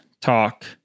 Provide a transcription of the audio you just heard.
talk